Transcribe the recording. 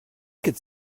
could